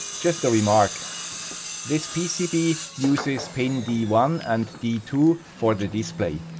just a remark this pcb uses i mean d one and d two for the display,